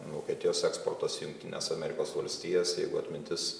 vokietijos eksportas į jungtines amerikos valstijas jeigu atmintis